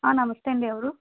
నమస్తే అండి ఎవరూ